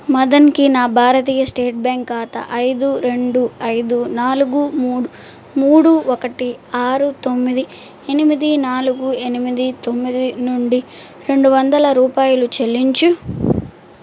మదన్కి నా Bharatiya State Bank ఖాతా ఐదు రెండు ఐదు నాలుగు మూడు మూడు ఒకటి ఆరు తొమ్మిది ఎనిమిది నాలుగు ఎనిమిది తొమ్మిది నుండి రెండు వందల రూపాయలు చెల్లించుము